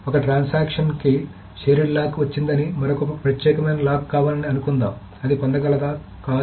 ఒక ట్రాన్సాక్షన్ కి shared lock వచ్చిందని మరొకటి ప్రత్యేకమైన లాక్ కావాలని అనుకుందాం అది పొందగలదా కాదు